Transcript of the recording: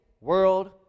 world